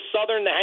Southern